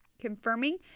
confirming